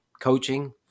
Coaching